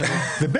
זה.